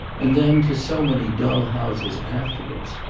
and then to so many dull houses afterwards.